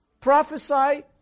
Prophesy